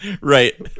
right